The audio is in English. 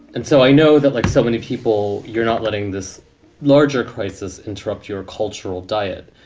and so i know that like so many people, you're not letting this larger crisis interrupt your cultural diet.